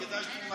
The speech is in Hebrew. זה לא רלוונטי,